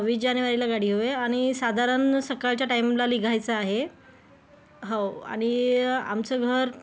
वीस जानेवारीला गाडी हवी आहे आणि साधारण सकाळच्या टाईमला लिघायचं आहे हो आणि आमचं घर